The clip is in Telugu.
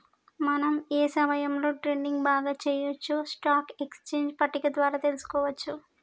మనం ఏ సమయంలో ట్రేడింగ్ బాగా చెయ్యొచ్చో స్టాక్ ఎక్స్చేంజ్ పట్టిక ద్వారా తెలుసుకోవచ్చు